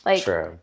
True